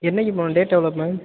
என்னைக்கு போகனும் டேட்டு எவ்வளோ மேம்